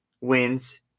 wins